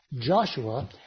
Joshua